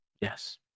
Yes